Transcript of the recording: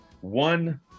one